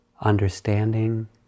understanding